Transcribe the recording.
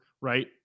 right